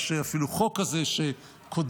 יש אפילו חוק כזה שחנן פורת,